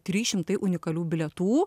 trys šimtai unikalių bilietų